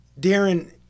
Darren